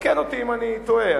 תקן אותי אם אני טועה,